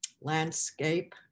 landscape